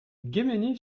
guémené